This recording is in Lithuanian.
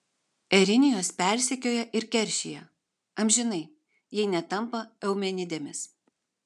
erinijos persekioja ir keršija amžinai jei netampa eumenidėmis